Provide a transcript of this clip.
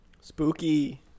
Spooky